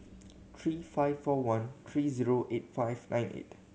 three five four one three zero eight five nine eight